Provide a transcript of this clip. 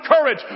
courage